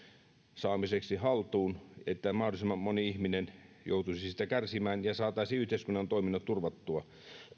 saamiseksi haltuun että mahdollisimman moni ihminen ei joutuisi siitä kärsimään ja saataisiin yhteiskunnan toiminnot turvattua